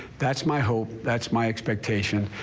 that's my hope. that's my expectation.